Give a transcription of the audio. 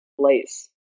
place